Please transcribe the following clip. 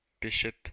bishop